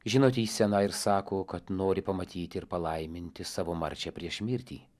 žinote ji sena ir sako kad nori pamatyti ir palaiminti savo marčią prieš mirtį